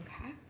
okay